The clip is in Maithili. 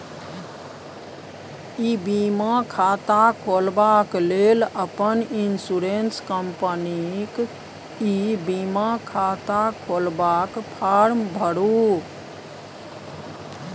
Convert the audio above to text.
इ बीमा खाता खोलबाक लेल अपन इन्स्योरेन्स कंपनीक ई बीमा खाता खोलबाक फार्म भरु